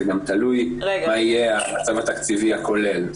זה גם תלוי מה יהיה המצב התקציבי הכולל.